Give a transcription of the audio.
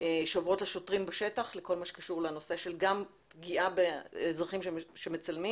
שעוברות לשוטרים בשטח בכל מה שקשור בנושא של פגיעה באזרחים שמצלמים